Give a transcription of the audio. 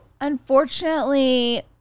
unfortunately